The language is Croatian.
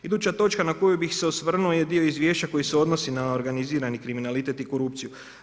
Iduća točka na koju bih se osvrnuo je dio izvješća koja se odnosi na organizirani kriminalitet i korupciju.